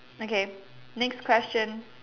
okay next question